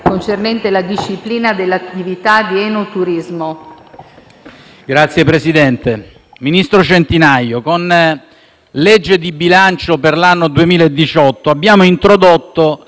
*(PD)*. Ministro Centinaio, con la legge di bilancio per l'anno 2018, abbiamo introdotto la disciplina dell'attività di enoturismo,